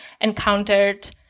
encountered